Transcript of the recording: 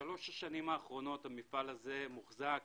בשלוש השנים האחרונות המפעל הזה מוחזק,